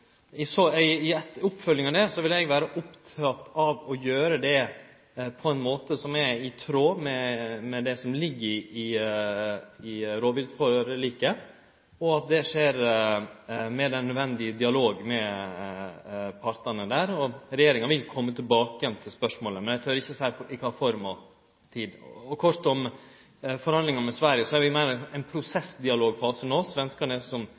I oppfølginga av det vil eg vere oppteken av å gjere det på ein måte som er i tråd med det som ligg i rovviltforliket, og at det skjer i nødvendig dialog mellom partane. Regjeringa vil kome tilbake igjen til spørsmålet, men eg tør ikkje seie i kva form og til kva tid. Kort om forhandlingane med Sverige: Vi er meir i ein prosessdialogfase no. Svenskane er